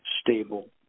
stable